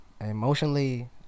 emotionally